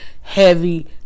heavy